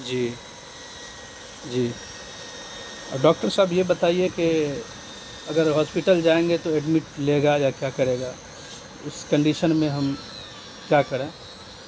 جی جی اور ڈاکٹر صاحب یہ بتائیے کہ اگر ہاسپیٹل جائیں گے تو ایڈمٹ لے گا یا کیا کرے گا اس کنڈیشن میں ہم کیا کریں